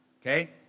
Okay